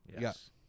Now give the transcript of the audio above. yes